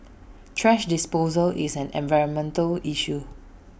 thrash disposal is an environmental issue